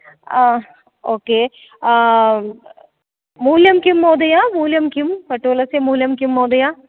आ ओके मूल्यं किं महोदय मूल्यं किं पटोलस्य मूल्यं किं महोदय